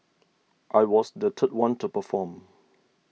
I was the third one to perform